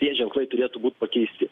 tie ženklai turėtų būt pakeisti